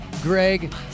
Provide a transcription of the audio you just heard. Greg